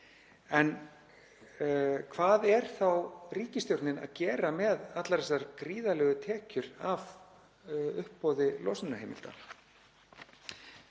En hvað er þá ríkisstjórnin að gera með allar þessar gríðarlegu tekjur af uppboði losunarheimilda?